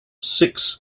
six